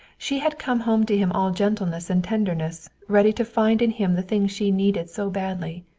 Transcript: she had come home to him all gentleness and tenderness, ready to find in him the things she needed so badly.